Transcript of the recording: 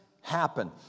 happen